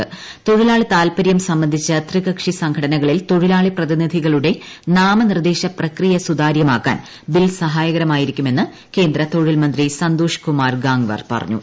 ഉത്ാഴിലാളി താല്പര്യം സംബ ന്ധിച്ച ത്രികക്ഷി സംഘടനകളിൽ തൊഴിലാളി പ്രതിനിധികളുടെ നാമനിർദ്ദേശ പ്രക്രിയ സുതാര്യമാക്കാൻ ബിൽ സഹായകരമായി രിക്കുമെന്ന് കേന്ദ്ര തൊഴിൽ മുന്തി സന്തോഷ് കുമാർ ഗാംഗ്വാർ പറഞ്ഞു